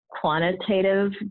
quantitative